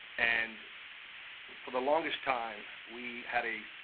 and for the longest time, we had a,